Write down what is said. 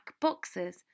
boxes